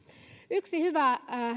yksi hyvä